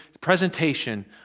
presentation